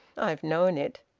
i've known it.